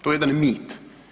To je jedan mit.